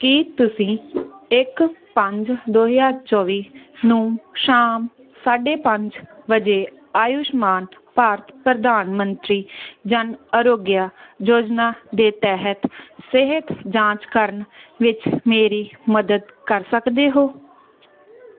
ਕੀ ਤੁਸੀਂ ਇੱਕ ਪੰਜ ਦੋ ਹਜ਼ਾਰ ਚੌਵੀ ਨੂੰ ਸ਼ਾਮ ਸਾਢੇ ਪੰਜ ਵਜੇ ਆਯੁਸ਼ਮਾਨ ਭਾਰਤ ਪ੍ਰਧਾਨ ਮੰਤਰੀ ਜਨ ਆਰੋਗਯ ਯੋਜਨਾ ਦੇ ਤਹਿਤ ਸਿਹਤ ਜਾਂਚ ਕਰਨ ਵਿੱਚ ਮੇਰੀ ਮਦਦ ਕਰ ਸਕਦੇ ਹੋ